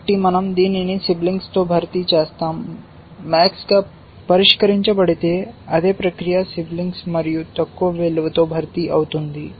కాబట్టి మన০ దీనిని సిబ్లింగ్స్ తో భర్తీ చేస్తాము max గా పరిష్కరించబడితే అదే ప్రక్రియ సిబ్లింగ్ మరియు తక్కువ విలువతో భర్తీ అవుతుంది